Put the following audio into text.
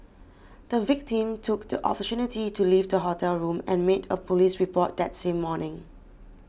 the victim took the opportunity to leave the hotel room and made a police report that same morning